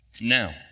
Now